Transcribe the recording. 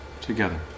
together